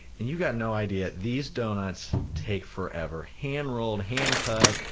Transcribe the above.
and you got no idea, these donuts take forever hand rolled, hand cut,